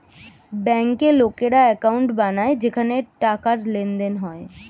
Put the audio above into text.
ব্যাংকে লোকেরা অ্যাকাউন্ট বানায় যেখানে টাকার লেনদেন হয়